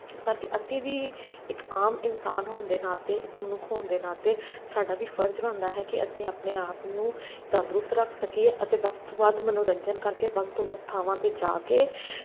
ਇਸ ਕਰਕੇ ਅਸੀਂ ਵੀ ਇੱਕ ਆਮ ਇਨਸਾਨ ਹੋਣ ਦੇ ਨਾਤੇ ਇੱਕ ਮਨੁੱਖ ਹੋਣ ਦੇ ਨਾਤੇ ਸਾਡਾ ਵੀ ਫਰਜ਼ ਬਣਦਾ ਹੈ ਕਿ ਅਸੀਂ ਆਪਣੇ ਆਪ ਨੂੰ ਤੰਦਰੁਸਤ ਰੱਖ ਸਕੀਏ ਅਤੇ ਵੱਧ ਤੋਂ ਵੱਧ ਮਨੋਰੰਜਨ ਕਰਕੇ ਵੱਧ ਤੋਂ ਵੱਧ ਥਾਵਾਂ 'ਤੇ ਜਾ ਕੇ